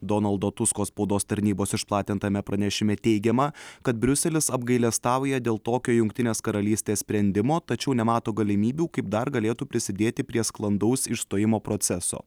donaldo tusko spaudos tarnybos išplatintame pranešime teigiama kad briuselis apgailestauja dėl tokio jungtinės karalystės sprendimo tačiau nemato galimybių kaip dar galėtų prisidėti prie sklandaus išstojimo proceso